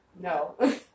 no